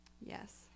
Yes